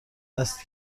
است